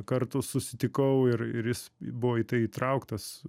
kartų susitikau ir ir jis buvo į tai įtrauktas